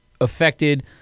affected